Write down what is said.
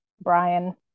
brian